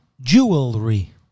jewelry